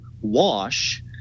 wash